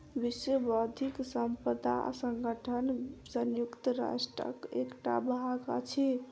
विश्व बौद्धिक संपदा संगठन संयुक्त राष्ट्रक एकटा भाग अछि